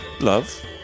Love